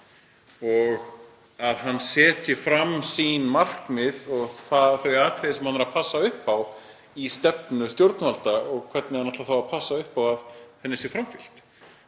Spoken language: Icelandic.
Hann setji fram sín markmið og þau atriði sem hann þarf að passa upp á í stefnu stjórnvalda og hvernig hann ætlar að passa upp á að henni sé framfylgt.